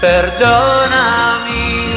Perdonami